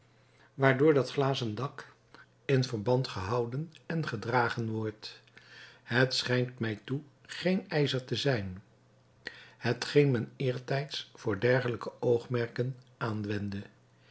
waardoor dat glazen dak in verband gehouden en gedragen wordt het schijnt mij toe geen ijzer te zijn hetgeen men eertijds voor dergelijke oogmerken aanwendde